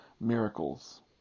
miracles